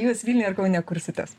jūs vilniuj ar kaune kursitės